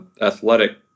athletic